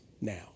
Now